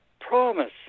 Promise